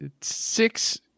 six